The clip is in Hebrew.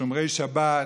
שומרי שבת,